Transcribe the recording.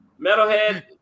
metalhead